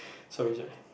sorry sorry